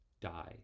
die